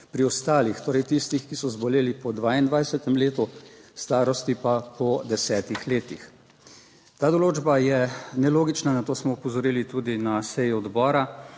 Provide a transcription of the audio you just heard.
pri ostalih, torej tistih, ki so zboleli po 22. letu starosti, pa po desetih letih. Ta določba je nelogična, na to smo opozorili tudi na seji odbora.